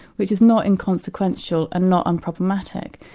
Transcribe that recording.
which is not inconsequential and not unproblematic.